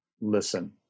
listen